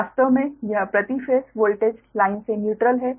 वास्तव में यह प्रति फेस वोल्टेज लाइन से न्यूट्रल है